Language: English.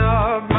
up